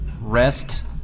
rest